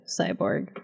cyborg